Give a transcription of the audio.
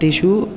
तेषु